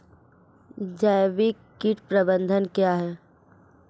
जैविक कीट प्रबंधन क्या है?